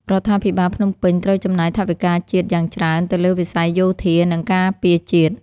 រដ្ឋាភិបាលភ្នំពេញត្រូវចំណាយថវិកាជាតិយ៉ាងច្រើនទៅលើវិស័យយោធា និងការពារជាតិ។